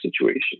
situation